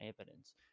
evidence